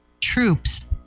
troops